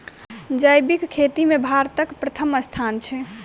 जैबिक खेती मे भारतक परथम स्थान छै